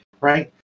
right